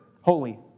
holy